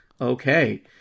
Okay